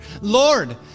Lord